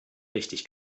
richtig